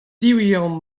diwezhañ